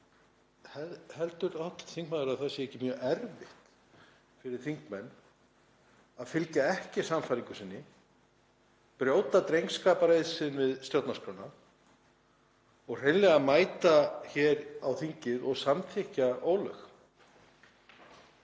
Heldur hv. þingmaður að það sé ekki erfitt fyrir þingmenn að fylgja ekki sannfæringu sinni, brjóta drengskapareið sinn við stjórnarskrána og hreinlega mæta hér á þingið og samþykkja ólög?